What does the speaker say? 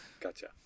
gotcha